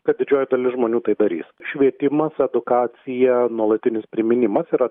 kad didžioji dalis žmonių tai darys švietimas edukacija nuolatinis priminimas yra